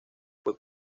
fue